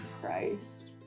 Christ